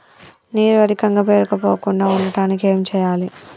నీరు అధికంగా పేరుకుపోకుండా ఉండటానికి ఏం చేయాలి?